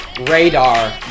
Radar